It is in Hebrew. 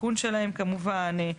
ותיקון שלהם כמובן.